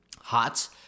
hots